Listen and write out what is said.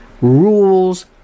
rules